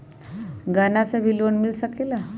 गहना से भी लोने मिल सकेला?